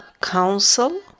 council